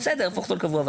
בסדר להפוך אותו לקבוע,